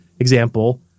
Example